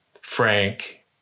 Frank